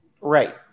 Right